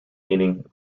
meaning